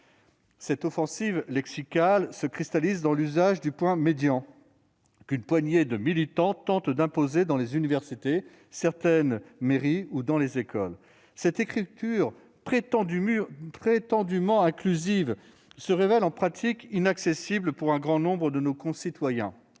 Cette offensive lexicale se cristallise dans l'usage du point médian, qu'une poignée de militants tentent d'imposer dans les universités, certaines mairies ou dans les écoles. Cette écriture prétendument inclusive se révèle en pratique inaccessible pour un grand nombre de nos concitoyens,